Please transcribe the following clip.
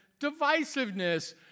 divisiveness